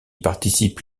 participe